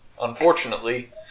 Unfortunately